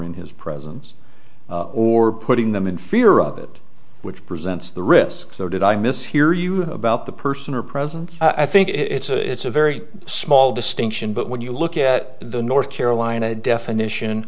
in his presence or putting them in fear of it which presents the risk so did i mishear you about the person or present i think it's a very small distinction but when you look at the north carolina definition